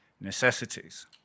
necessities